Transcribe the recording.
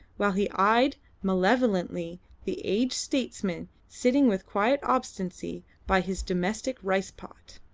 while he eyed malevolently the aged statesman sitting with quiet obstinacy by his domestic rice-pot.